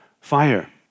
fire